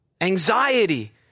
Anxiety